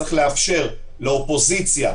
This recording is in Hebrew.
צריך לאפשר לאופוזיציה,